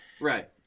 right